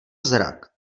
zrak